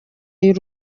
y’u